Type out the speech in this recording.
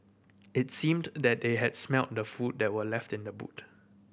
it seemed that they had smelt the food that were left in the boot